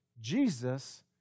Jesus